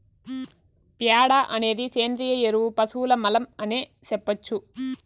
ప్యాడ అనేది సేంద్రియ ఎరువు పశువుల మలం అనే సెప్పొచ్చు